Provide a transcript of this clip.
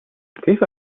كيف